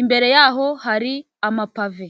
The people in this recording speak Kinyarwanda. imbere yaho hari amapave.